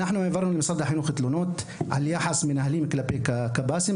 אנחנו העברנו למשרד החינוך תלונות על יחס של מנהלים כלפי קב״סים.